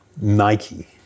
Nike